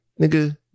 nigga